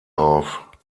auf